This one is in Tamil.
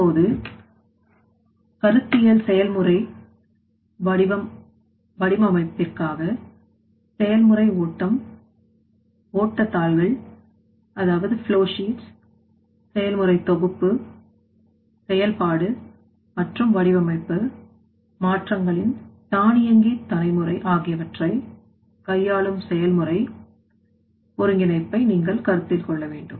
இப்போது கருத்தியல் செயல்முறை வடிவம் அமைப்பிற்காக செயல்முறை ஓட்டம் தாள்கள் செயல்முறை தொகுப்பு செயல்பாடு மற்றும் வடிவமைப்பு மாற்றங்களின் தானியங்கி தலைமுறை ஆகியவற்றை கையாளும் செயல்முறை ஒருங்கிணைப்பை நீங்கள் கருத்தில் கொள்ள வேண்டும்